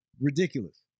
ridiculous